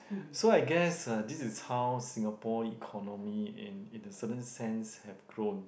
so I guess uh this is how Singapore economy in in a certain sense have grown